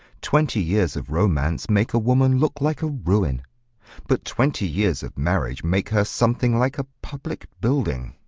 twenty years of romance make a woman look like a ruin but twenty years of marriage make her something like a public building.